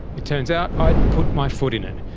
it turns out i'd put my foot in it.